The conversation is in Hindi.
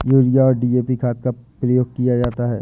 यूरिया और डी.ए.पी खाद का प्रयोग किया जाता है